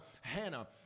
Hannah